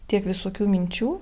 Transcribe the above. tiek visokių minčių